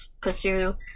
pursue